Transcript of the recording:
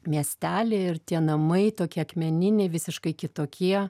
miestelį ir tie namai tokie akmeniniai visiškai kitokie